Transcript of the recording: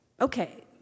okay